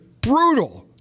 Brutal